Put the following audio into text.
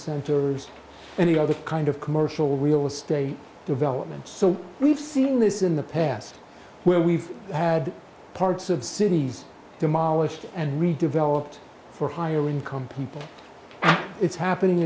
centers and the other kind of commercial real estate development so we've seen this in the past where we've had parts of cities demolished and redeveloped for higher income people and it's happening